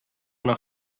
nach